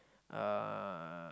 uh